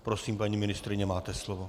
Prosím, paní ministryně, máte slovo.